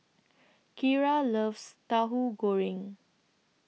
Kira loves Tauhu Goreng